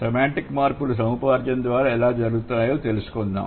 semantic మార్పులు సముపార్జన ద్వారా ఎలా జరుగుతాయో తెలుసుకుందాం